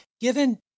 given